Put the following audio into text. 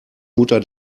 mutter